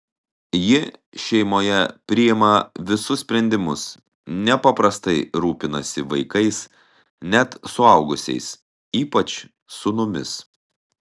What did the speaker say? ji šeimoje priima visus sprendimus nepaprastai rūpinasi vaikais net suaugusiais ypač sūnumis